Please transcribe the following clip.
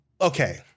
okay